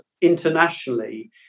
internationally